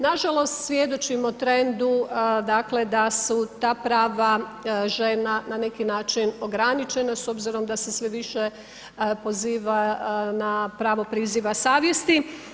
Nažalost, svjedočimo trendu da su ta prava žena na neki način ograničena s obzirom da se sve više poziva na pravo priziva savjesti.